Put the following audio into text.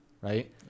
right